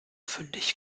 fündig